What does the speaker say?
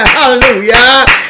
Hallelujah